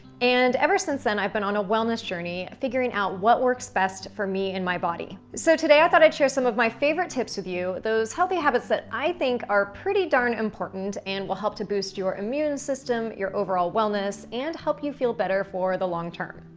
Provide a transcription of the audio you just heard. and ever since then, i've been on a wellness journey, figuring out what works best for me and my body. so today, i thought i'd share some of my favorite tips with you, those healthy habits that i think are pretty darn important and will help to boost your immune system, your overall wellness, and help you feel better for the long term.